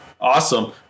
awesome